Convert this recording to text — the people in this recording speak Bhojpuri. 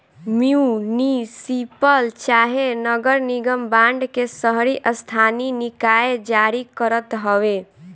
म्युनिसिपल चाहे नगर निगम बांड के शहरी स्थानीय निकाय जारी करत हवे